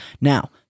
Now